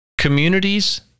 Communities